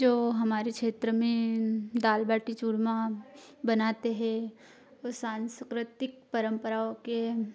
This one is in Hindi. जो हमारे क्षेत्र में दाल बाटी चूरमा बनाते हैं वह सांस्कृतिक परम्पराओं के